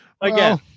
Again